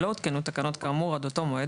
לא הותקנו תקנות כאמור עד אותו מועד,